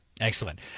Excellent